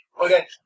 Okay